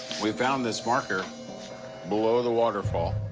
we found this marker below the waterfall.